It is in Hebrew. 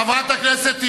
חברת הכנסת תירוש,